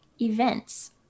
events